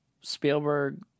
Spielberg